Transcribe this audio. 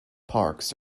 parks